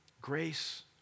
Grace